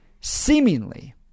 seemingly